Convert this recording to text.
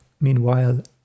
Meanwhile